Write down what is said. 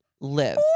live